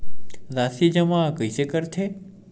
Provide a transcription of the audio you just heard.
राशि जमा कइसे करथे?